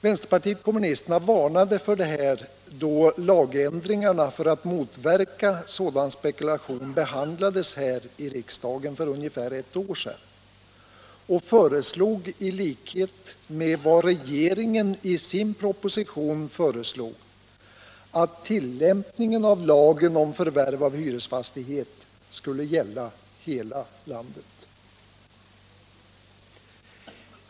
Vänsterpartiet kommunisterna varnade för detta då lagändringarna för att motverka sådan spekulation behandlades här i riksdagen för ungefär ett år sedan och föreslog i likhet med vad regeringen i sin proposition föreslagit att tillämpningen av lagen om förvärv av hyresfastighet skulle gälla hela landet.